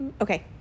Okay